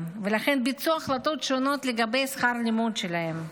ולכן ביצעו החלטות שונות לגבי שכר הלימוד שלהם.